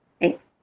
Thanks